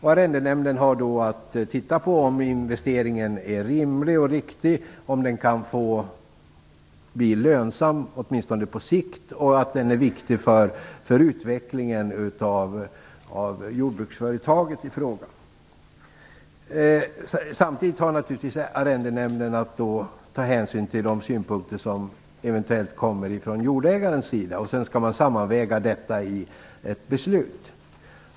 Arrendenämnden har då att undersöka om investeringen är rimlig och riktig, om den kan bli lönsam åtminstone på sikt och om den är viktig för utvecklingen av jordbruksföretaget i fråga. Samtidigt har arrendenämnden naturligtvis att ta hänsyn till de synpunkter som jordägaren eventuellt har. Detta skall sedan sammanvägas i ett beslut.